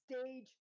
stage